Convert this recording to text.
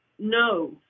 no